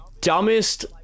dumbest